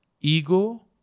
ego